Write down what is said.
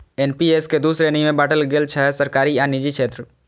NPS कें दू श्रेणी मे बांटल गेल छै, सरकारी आ निजी क्षेत्र